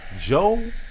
joe